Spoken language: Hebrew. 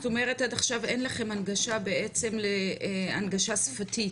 אז את אומרת שעד עכשיו אין לכם בעצם הנגשה שפתית.